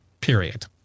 period